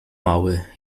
mały